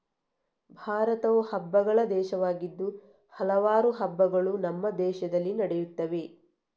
ಭಾರತವು ಹಬ್ಬಗಳ ದೇಶವಾಗಿದ್ದು ಹಲವಾರು ಹಬ್ಬಗಳು ನಮ್ಮ ದೇಶದಲ್ಲಿ ನಡೆಯುತ್ತವೆ